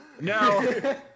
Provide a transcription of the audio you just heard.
No